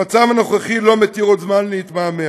המצב הנוכחי לא מותיר עוד זמן להתמהמה.